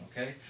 okay